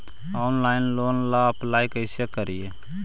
Online loan ला apply कैसे करी?